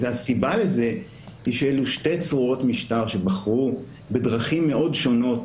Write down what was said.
הסבה לכך היא שאלו שתי צורות משטר שבחרו בדרכים מאוד שונות